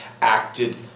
acted